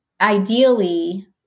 ideally